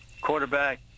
quarterback